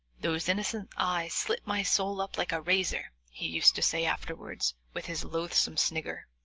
those innocent eyes slit my soul up like a razor, he used to say afterwards, with his loathsome snigger.